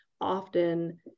often